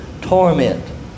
torment